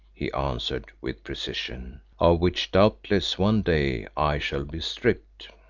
he answered with precision, of which doubtless one day i shall be stripped.